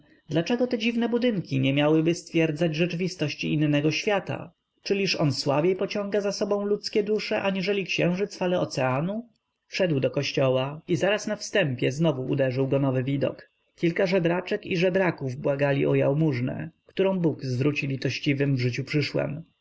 dlaczego te dziwne budynki nie miałyby stwierdzać rzeczywistości innego świata czyliż on słabiej pociąga za sobą dusze ludzkie aniżeli księżyc fale oceanu wszedł do kościoła i zaraz na wstępie znowu uderzył go nowy widok kilka żebraczek i żebraków błagali o jałmużnę którą bóg zwróci litościwym w życiu przyszłem